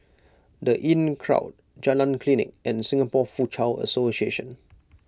the Inncrowd Jalan Klinik and Singapore Foochow Association